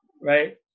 Right